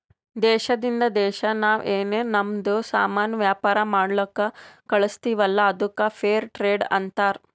ದೇಶದಿಂದ್ ದೇಶಾ ನಾವ್ ಏನ್ ನಮ್ದು ಸಾಮಾನ್ ವ್ಯಾಪಾರ ಮಾಡ್ಲಕ್ ಕಳುಸ್ತಿವಲ್ಲ ಅದ್ದುಕ್ ಫೇರ್ ಟ್ರೇಡ್ ಅಂತಾರ